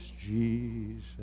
Jesus